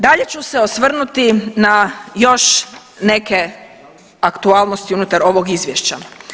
Dalje ću se osvrnuti na još neke aktualnosti unutar ovog izvješća.